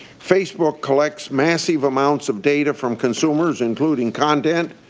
facebook collects massive amounts of data from consumers including content,